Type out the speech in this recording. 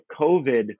COVID